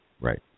Right